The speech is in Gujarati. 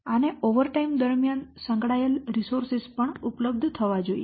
અને ઓવરટાઇમ દરમિયાન સંકળાયેલ રીસોર્સેસ પણ ઉપલબ્ધ થવા જોઈએ